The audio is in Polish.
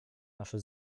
nasze